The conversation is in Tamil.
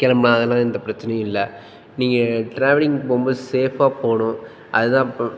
கிளம்புலாம் அதெல்லாம் எந்த பிரச்சினையும் இல்லை நீங்கள் ட்ராவலிங் போகும் போது சேஃபாக போகணும் அது தான் இப்போது